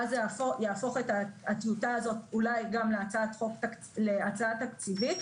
ואז זה יהפוך אולי להצעה תקציבית,